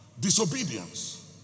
disobedience